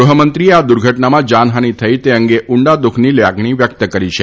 ગૃહમંત્રીએ આ દુર્ઘટનામાં જાનહાનિ થઇ છે તે અંગે ઉંડા દુઃખની લાગણી વ્યકત કરી છે